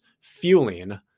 fueling